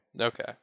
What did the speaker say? Okay